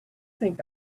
think